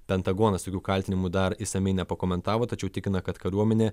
pentagonas tokių kaltinimų dar išsamiai nepakomentavo tačiau tikina kad kariuomenė